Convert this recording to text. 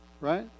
Right